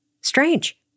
Strange